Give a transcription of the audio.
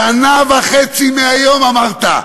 "שנה וחצי מהיום", אמרת,